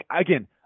Again